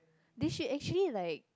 then she actually like